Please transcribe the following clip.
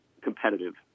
competitive